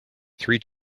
three